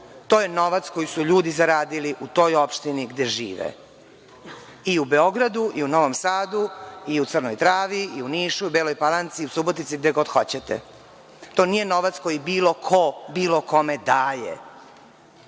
To je novac koji su ljudi zaradili u toj opštini gde žive, i u Beogradu, i u Novom Sadu, i u Crnoj Travi, i u Nišu, i u Beloj Palanci, Subotici, gde god hoćete. To nije novac koji bilo ko bilo kome daje.